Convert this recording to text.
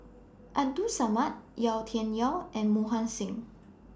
Abdul Samad Yau Tian Yau and Mohan Singh